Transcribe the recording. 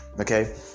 Okay